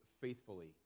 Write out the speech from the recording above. faithfully